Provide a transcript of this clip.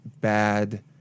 bad